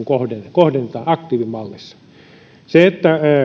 kohdennetaan aktiivimallissa kun